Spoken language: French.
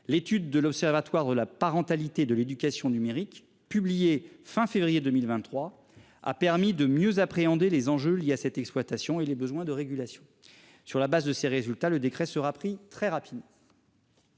l'étude de l'Observatoire de la parentalité de l'éducation numérique publié fin février 2023 a permis de mieux appréhender les enjeux liés à cette exploitation et les besoin de régulation sur la base de ces résultats. Le décret sera pris très rapidement.